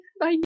Bye